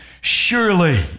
Surely